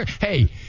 Hey